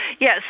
yes